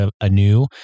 anew